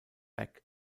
beck